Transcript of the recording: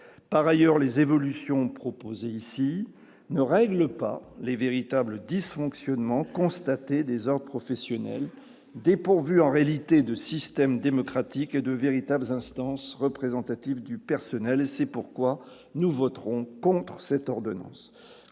par ailleurs, les évolutions proposées ici ne règle pas les véritables dysfonctionnements constatés des professionnels dépourvus en réalité de système démocratique et de véritables instances représentatives du personnel et c'est pourquoi nous voterons contre cette ordonnance